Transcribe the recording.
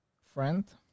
friend